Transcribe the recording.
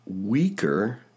weaker